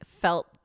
felt